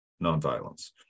nonviolence